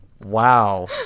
wow